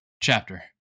chapter